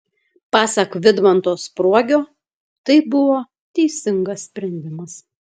pasak vidmanto spruogio tai buvo teisingas sprendimas